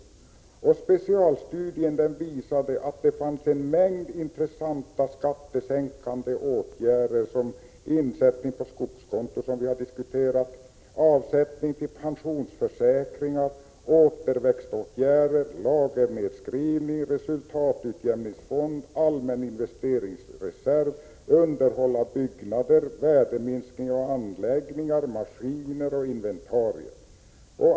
Specialstudien visade att det fanns en mängd intressanta skattesänkande åtgärder, såsom insättning på skogskonto, som vi har diskuterat, avsättning till pensionsförsäkringar, återväxtåtgärder, lagernedskrivning, resultatutjämningsfond, allmän investeringsreserv, underhåll av byggnader, värdeminskning av anläggningar, maskiner och inventarier.